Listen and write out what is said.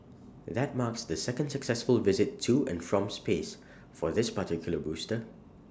that marks the second successful visit to and from space for this particular booster